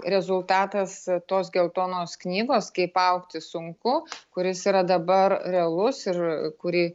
rezultatas tos geltonos knygos kaip augti sunku kuris yra dabar realus ir kurį